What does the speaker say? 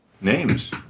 names